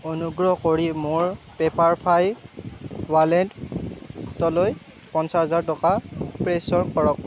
অনুগ্ৰহ কৰি মোৰ পেপাৰফাই ৱালেট টলৈ পঞ্চাছ হাজাৰ টকা প্ৰেচৰ কৰক